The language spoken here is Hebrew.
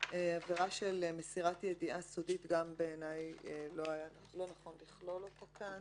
עבירה של מסירת ידיעה סודית גם לא נכון לכלול אותה כאן